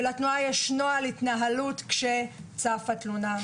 ולתנועה יש נוהל התנהלות כשצפה תלונה.